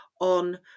on